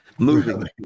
moving